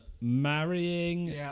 marrying